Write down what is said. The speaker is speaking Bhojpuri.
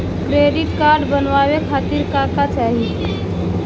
डेबिट कार्ड बनवावे खातिर का का चाही?